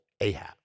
Ahab